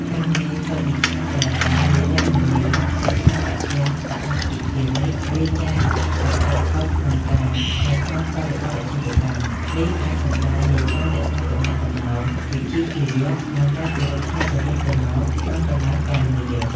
កាមេសុមិច្ឆាចារា វេរមណី សិក្ខាបទំ សមាទិយាមិ វៀរចាកការប្រព្រឹត្តខុសក្នុងកាម នៅក្នុងបរិបទអាជីវកម្ម នេះអាចសំដៅលើការរក្សាទំនាក់ទំនងវិជ្ជាជីវៈ និងការគោរពគ្នាទៅវិញទៅមកក្នុងកន្លែងការងារ។